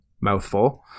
mouthful